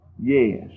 yes